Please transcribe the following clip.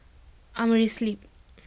Amerisleep